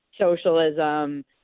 socialism